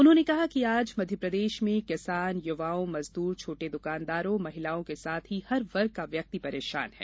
उन्होंने कहा कि आज मध्यप्रदेश में किसान युवाओं मजदूर छोटे दुकानदारों महिलाओं के साथ ही हर वर्ग का व्यक्ति परेशान है